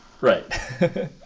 Right